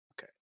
okay